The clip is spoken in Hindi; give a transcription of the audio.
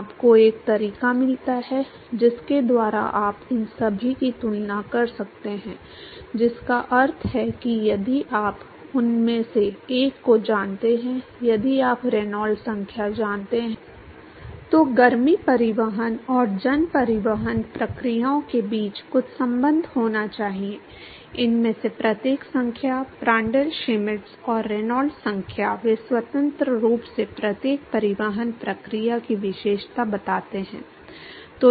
आपको एक तरीका मिलता है जिसके द्वारा आप इन सभी की तुलना कर सकते हैं जिसका अर्थ है कि यदि आप उनमें से एक को जानते हैं यदि आप रेनॉल्ड्स संख्या जानते हैं तो गर्मी परिवहन और जन परिवहन प्रक्रियाओं के बीच कुछ संबंध होना चाहिए इनमें से प्रत्येक संख्या प्रांड्ल श्मिट और रेनॉल्ड्स संख्या वे स्वतंत्र रूप से प्रत्येक परिवहन प्रक्रिया की विशेषता बताते हैं